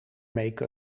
make